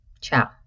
Ciao